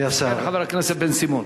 בבקשה, חבר הכנסת בן-סימון.